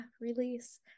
release